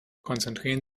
konzentrieren